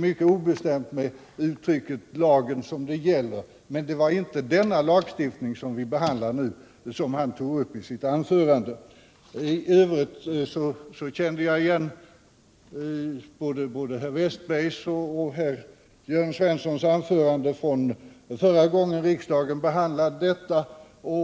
mycket obestämt rörde sig med uttrycket ”lagen som det gäller”. Men det var inte denna lagstiftning, den som vi behandlar nu, som han tog upp i sitt anförande. I övrigt kände jag igen både Olle Wästbergs anförande och Jörn Svens sons anförande från förra gången riksdagen behandlade detta ärende.